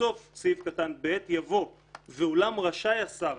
בסוף סעיף (ב) יבוא: ואולם רשאי השר,